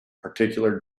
particular